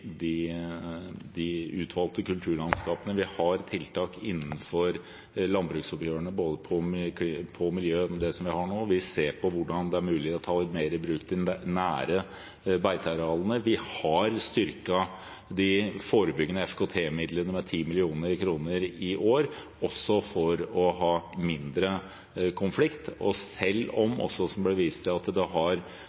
de utvalgte kulturlandskapene. Vi har nå tiltak innenfor landbruksoppgjørene når det gjelder miljø. Vi ser på om det er mulig å ta de nære beitearealene mer i bruk. Vi har styrket de forebyggende FKT-midlene med 10 mill. kr i år, også for å få mindre konflikt, og selv om